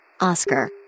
Oscar